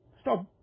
stop